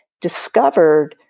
discovered